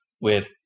weird